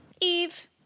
Eve